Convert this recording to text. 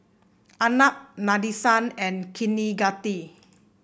Arnab Nadesan and Kaneganti